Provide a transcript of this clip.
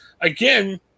again